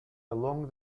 along